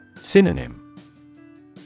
Synonym